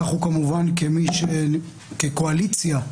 אנחנו כקואליציה,